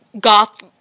goth